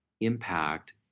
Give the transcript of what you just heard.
impact